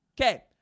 Okay